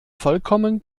vollkommen